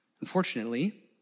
Unfortunately